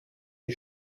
die